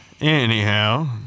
Anyhow